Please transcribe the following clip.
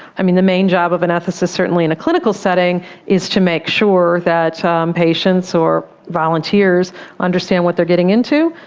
um the main job of an ethicist certainly in a clinical setting is to make sure that ah um patients or volunteers understand what they're getting into,